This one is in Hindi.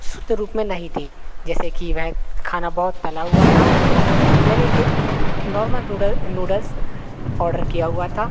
शुद्ध रूप में नहीं थीं जैसे कि वह खाना बहुत तला हुआ था मैंने नॉर्मल नूडल नूडल्स ऑडर किया हुआ था